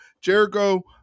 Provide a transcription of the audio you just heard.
Jericho